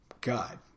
God